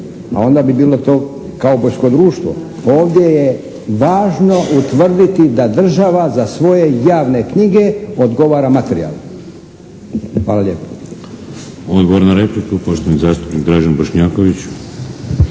a onda bi bilo to kaubojsko društvo. Ovdje je važno utvrditi da država za svoje javne knjige odgovara materijalno. Hvala lijepa.